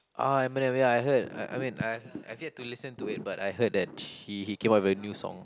ah Eminem ya I heard I I mean I I've yet to listen to it but I heard that he he came out with a new song